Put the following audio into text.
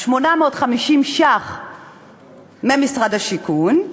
850 ש"ח ממשרד השיכון.